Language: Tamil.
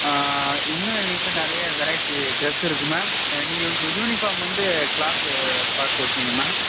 ஆ இன்னும் எங்கள்கிட்ட நிறைய வெரைட்டி ட்ரஸ் இருக்குது மேம் ஆ நீங்கள் உங்கள் யூனிபார்ம் வந்து க்ளாத் பார்த்து வச்சுக்கங்க மேம்